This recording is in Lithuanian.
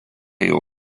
jau